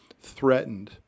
threatened